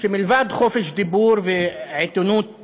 שמלבד חופש דיבור ועיתונות